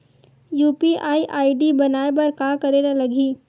UPI ID बनाये बर का करे ल लगही?